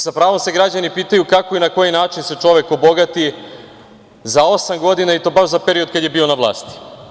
Sa pravom se građani pitaju kako i na koji način se čovek obogati za osam godina i to baš za period kada je bio na vlasti.